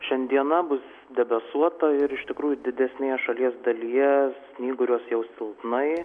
šiandiena bus debesuota ir iš tikrųjų didesnėje šalies dalyje snyguriuos jau silpnai